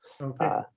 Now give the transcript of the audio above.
Okay